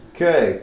Okay